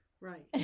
Right